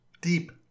deep